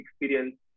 experience